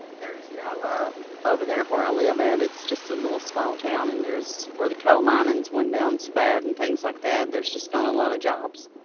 there's no over there where i live um at it's just a little small town and there's where the coal mining and went down so bad and things like that, there's just not a lot of jobs.